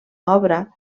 obra